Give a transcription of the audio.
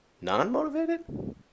non-motivated